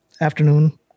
afternoon